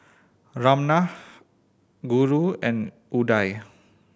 Ramnath Guru and Udai